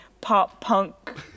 pop-punk